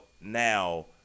now